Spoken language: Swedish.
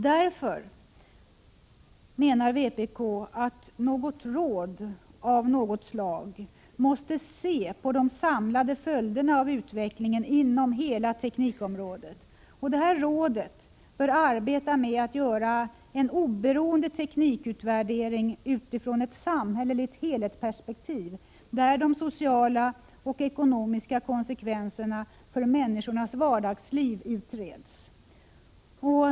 Därför menar vpk att ett råd av något slag måste se på de samlade följderna av utvecklingen inom hela teknikområdet. Detta råd bör arbeta med att göra en oberoende teknikutvärdering utifrån ett samhälleligt helhetsperspektiv, där de sociala och ekonomiska konsekvenserna för människors vardagsliv utreds.